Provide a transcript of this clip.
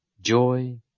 joy